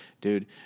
dude